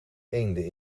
eenden